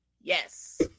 yes